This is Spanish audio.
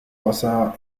basada